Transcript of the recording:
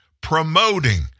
promoting